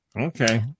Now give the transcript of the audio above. Okay